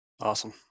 Awesome